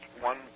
one